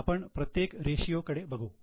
आपण प्रत्येक रेशियो कडे बघू